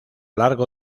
largo